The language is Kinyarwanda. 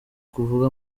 kuvuga